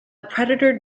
predator